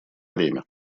время